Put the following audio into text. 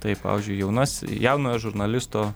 taip pavyzdžiui jaunas jaunojo žurnalisto